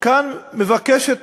כאן מבקשת